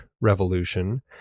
revolution